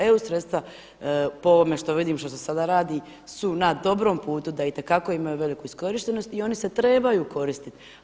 EU sredstva po ovome što vidim što se sada radi su na dobrom putu da itekako imaju veliku iskorištenost i oni se trebaju koristiti.